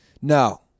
No